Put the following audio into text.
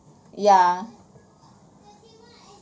ya